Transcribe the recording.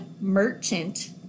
Merchant